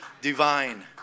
divine